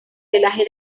pelaje